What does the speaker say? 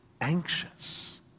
anxious